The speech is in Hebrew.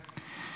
כן.